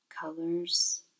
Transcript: colors